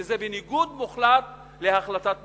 וזה בניגוד מוחלט להחלטת בג"ץ.